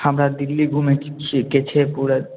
हमरा दिल्ली घुमैके छै पूरा